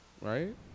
right